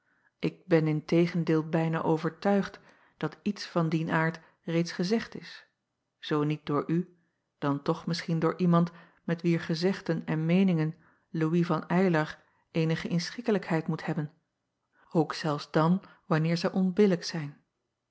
ik ben in tegendeel bijna overtuigd dat iets van dien aard reeds gezegd is zoo niet door u dan toch misschien door iemand met wier gezegden en meeningen ouis van ylar eenige inschikkelijkheid moet hebben ook zelfs dan wanneer zij onbillijk zijn